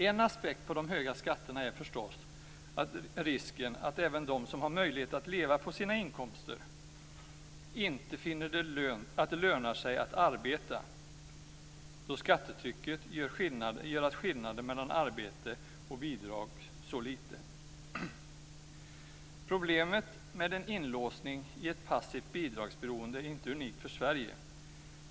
En aspekt på de höga skatterna är förstås risken att även de som har möjlighet att leva på sina inkomster inte finner att det lönar sig att arbeta då skattetrycket gör skillnaden mellan arbete och bidrag så liten. Problemet med en inlåsning i ett passivt bidragsberoende är inte unikt för Sverige.